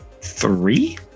Three